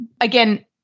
Again